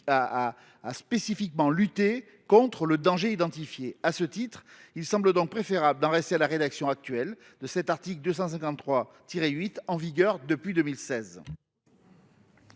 à spécifiquement lutter contre le danger identifié. À ce titre, il semble préférable d’en rester à la rédaction actuelle de l’article L. 253 8, en vigueur depuis 2016.